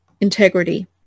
integrity